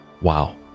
wow